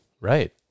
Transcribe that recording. Right